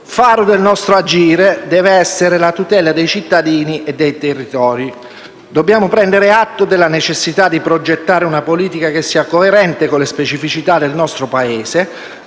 Faro del nostro agire deve essere la tutela dei cittadini e dei territori. Dobbiamo prendere atto della necessità di progettare una politica che sia coerente con le specificità del nostro Paese,